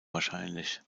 wahrscheinlich